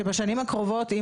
שבשנים הקרובות,